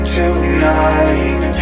tonight